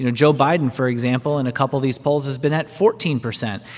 you know joe biden, for example, in a couple of these polls has been at fourteen percent.